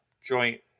joint